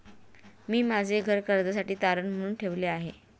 मी माझे घर कर्जासाठी तारण म्हणून ठेवले आहे